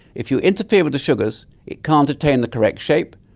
if you interfere with the sugars it can't attain the correct shape,